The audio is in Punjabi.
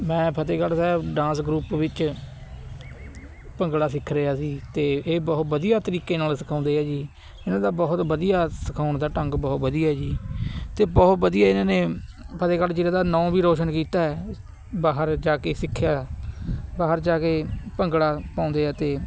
ਮੈਂ ਫਤਿਹਗੜ੍ਹ ਸਾਹਿਬ ਡਾਂਸ ਗਰੁੱਪ ਵਿੱਚ ਭੰਗੜਾ ਸਿੱਖ ਰਿਹਾ ਸੀ ਅਤੇ ਇਹ ਬਹੁਤ ਵਧੀਆ ਤਰੀਕੇ ਨਾਲ ਸਿਖਾਉਂਦੇ ਆ ਜੀ ਇਹਨਾਂ ਦਾ ਬਹੁਤ ਵਧੀਆ ਸਿਖਾਉਣ ਦਾ ਢੰਗ ਬਹੁਤ ਵਧੀਆ ਜੀ ਅਤੇ ਬਹੁਤ ਵਧੀਆ ਇਹਨਾਂ ਨੇ ਫਤਿਹਗੜ੍ਹ ਜ਼ਿਲ੍ਹੇ ਦਾ ਨਾਂ ਵੀ ਰੋਸ਼ਨ ਕੀਤਾ ਹੈ ਬਾਹਰ ਜਾ ਕੇ ਸਿੱਖਿਆ ਬਾਹਰ ਜਾ ਕੇ ਭੰਗੜਾ ਪਾਉਂਦੇ ਹੈ ਅਤੇ